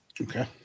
Okay